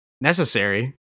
necessary